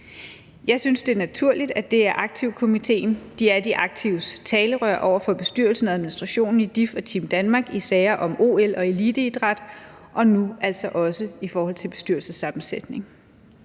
Jeg synes, det er naturligt, at det er aktivkomitéen. Det er de aktives talerør over for bestyrelsen og administrationen i DIF og Team Danmark i sager om OL og eliteidræt og nu altså også i forhold til bestyrelsessammensætningen.